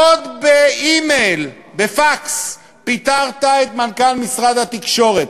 עוד באימייל, בפקס, פיטרת את מנכ"ל משרד התקשורת,